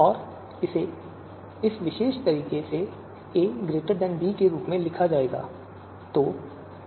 और इसे इस विशेष तरीके से a b के रूप में लिखा जा सकता है